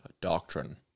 doctrine